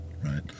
right